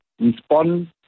respond